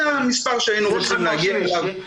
זה המספר שהיינו רוצים להגיע אליו.